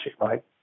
right